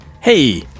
Hey